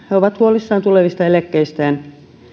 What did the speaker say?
ovat huolissaan tulevista eläkkeistään